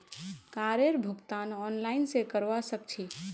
कारेर भुगतान ऑनलाइन स करवा सक छी